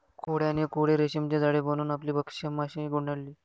कोळ्याने कोळी रेशीमचे जाळे बनवून आपली भक्ष्य माशी गुंडाळली